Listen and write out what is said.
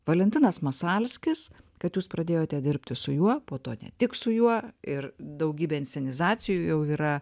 valentinas masalskis kad jūs pradėjote dirbti su juo po to ne tik su juo ir daugybė inscenizacijų jau yra